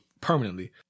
permanently